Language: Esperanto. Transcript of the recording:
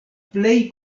plej